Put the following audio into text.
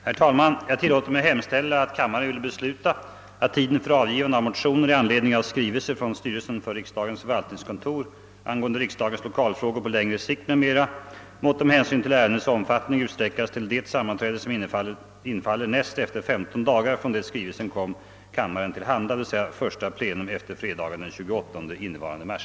Herr talman! Jag tillåter mig hemställa, att kammaren ville besluta, att tiden för avgivande av motioner i anledning av skrivelse från styrelsen för riksdagens förvaltningskontor, angående riksdagens lokalfrågor på längre sikt m.m., måtte med hänsyn till ärendets omfattning utsträckas till det sammanträde som infaller näst efter femton dagar från det skrivelsen kom kammaren till handa, d.v.s. första plenum efter fredagen den 28 innevarande mars.